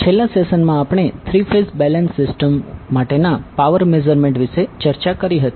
છેલ્લા સેશન માં આપણે થ્રી ફેઝ બેલેન્સ્ડ સિસ્ટમ માટેના પાવર મેઝરમેન્ટ વિશે ચર્ચા કરી હતી